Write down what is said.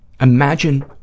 Imagine